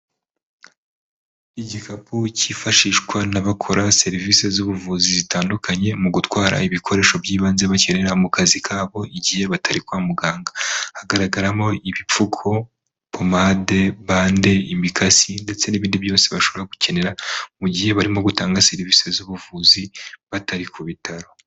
Igikapu cyifashishwa n'abakora serivisi z'ubuvuzi zitandukanye mu gutwara ibikoresho by'ibanze bakenera mu kazi kabo igihe batari kwa muganga hagaragaramo ibipfuko, pomade, bande, imikasi ndetse n'ibindi byose bashobora gukenera mu gihe barimo gutanga serivisi z'ubuvuzi batari ku bitaro.